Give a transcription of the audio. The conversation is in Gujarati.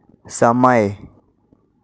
સમય